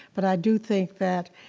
but i do think that